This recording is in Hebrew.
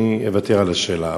אני אוותר על השאלה,